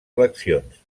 eleccions